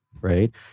right